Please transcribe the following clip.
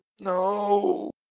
No